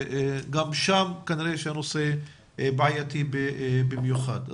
גם שם כנראה שהנושא בעייתי במיוחד.